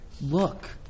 Look